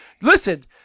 Listen